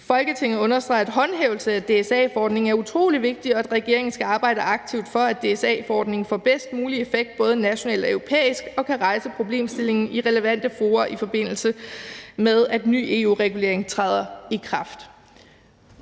Folketinget understreger, at håndhævelsen af DSA-forordningen er utrolig vigtig, og at regeringen skal arbejde aktivt for, at DSA-forordningen får bedst mulig effekt både nationalt og europæisk og kan rejse problemstillingen i relevante fora, i forbindelse med at ny EU-regulering træder i kraft.«